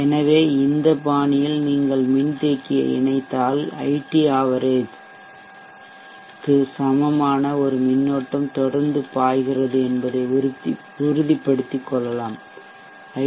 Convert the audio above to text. எனவே இந்த பாணியில் நீங்கள் மின்தேக்கியை இணைத்தால் ஐடி ஆவரேஜ்சராசரிக்கு சமமான ஒரு மின்னோட்டம் தொடர்ந்து பாய்கிறது என்பதை உறுதிப்படுத்திக் கொள்ளலாம் ஐ